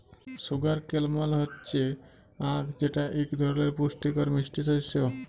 sugar কেল মাল হচ্যে আখ যেটা এক ধরলের পুষ্টিকর মিষ্টি শস্য